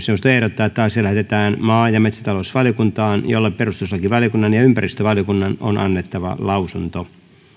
puhemiesneuvosto ehdottaa että asia lähetetään maa ja metsätalousvaliokuntaan jolle perustuslakivaliokunnan ja ympäristövaliokunnan on annettava lausunto